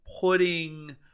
putting